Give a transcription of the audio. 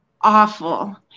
awful